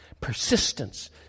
Persistence